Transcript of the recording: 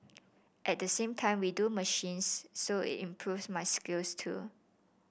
at the same time we do machines so it improves my skills too